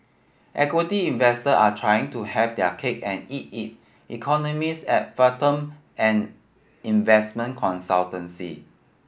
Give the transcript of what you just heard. equity investor are trying to have their cake and eat it economists at Fathom an investment consultancy